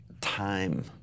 Time